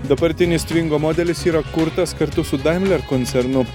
dabartinis tvingo modelis yra kurtas kartu su daimler koncernu